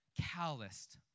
calloused